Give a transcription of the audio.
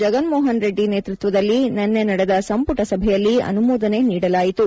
ಜಗನ್ ಮೋಹನ್ ರೆಡ್ಡಿ ನೇತೃತ್ವದಲ್ಲಿ ನಿನ್ನೆ ನಡೆದ ಸಂಪುಟ ಸಭೆಯಲ್ಲಿ ಅನುಮೋದನೆ ನೀಡಲಾಯಿತು